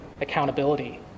accountability